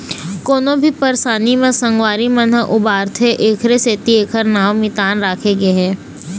कोनो भी परसानी म संगवारी मन ह उबारथे एखरे सेती एखर नांव मितान राखे गे हे